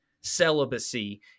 celibacy